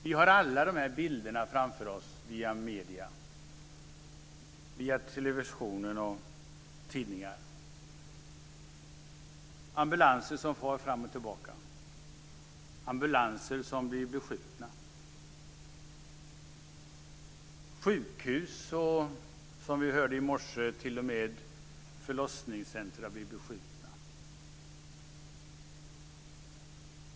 Vi får alla bilder framför oss via medierna, via televisionen och tidningar, med ambulanser som far fram och tillbaka, ambulanser som blir beskjutna, sjukhus och, som vi hörde i morse, t.o.m. förlossningscentrum som blir beskjutna.